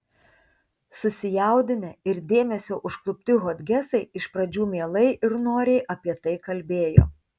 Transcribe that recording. susijaudinę ir dėmesio užklupti hodgesai iš pradžių mielai ir noriai apie tai kalbėjo